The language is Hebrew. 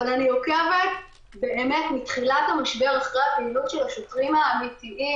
אבל אני עוקבת מתחילת המשבר אחרי הפעילות של השוטרים האמיתיים,